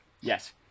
yes